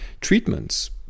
treatments